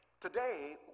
Today